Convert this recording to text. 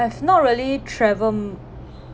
I've not really travelled